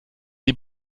die